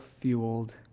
fueled